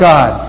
God